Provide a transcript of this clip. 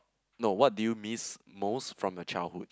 no what did you miss most from a childhood